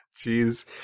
Jeez